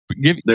Give